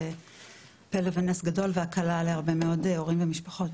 זה פלא ונס גדול והקלה להרבה מאוד הורים ומשפחות.